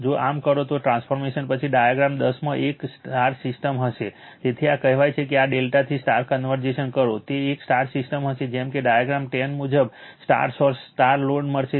જો આમ કરો તો આ ટ્રાન્સફોર્મેશન પછી ડાયાગ્રામ 10 માં એક સિસ્ટમ હશે તેથી આ કહેવાય છે કે આ ∆ થી સ્ટાર કન્વર્જ કરો તે એક સ્ટાર સિસ્ટમ હશે જેમ કે ડાયાગ્રામ 10 મુજબ સ્ટાર સોર્સ સ્ટાર લોડ્સ મળશે